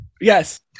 Yes